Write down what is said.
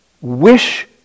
wish